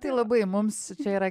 tai labai mums čia yra